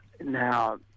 now